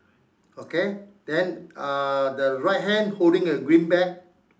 okay then uh the right hand holding a green bag